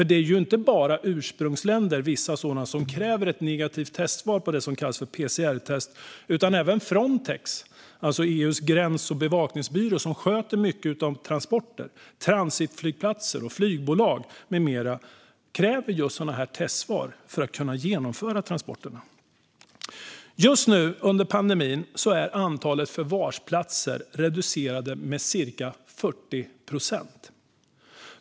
Det är inte bara vissa ursprungsländer som kräver ett negativt testsvar på det som kallas PCR-testet, utan också Frontex, som är EU:s gräns och kustbevakningsbyrå som sköter mycket av transporterna, samt transitflygplatser, flygbolag med mera kräver just sådana testsvar för att kunna genomföra transporterna. Under pandemin är antalet förvarsplatser reducerade med cirka 40 procent.